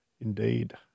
Indeed